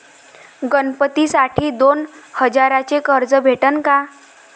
गणपतीसाठी दोन हजाराचे कर्ज भेटन का?